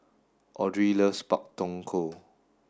Audry loves Pak Thong Ko